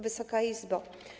Wysoka Izbo!